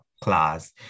class